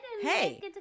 hey